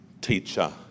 teacher